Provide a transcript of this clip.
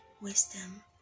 wisdom